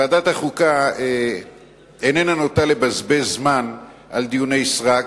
ועדת החוקה איננה נוטה לבזבז זמן על דיוני סרק,